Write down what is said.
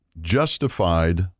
justified